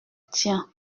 tien